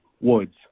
woods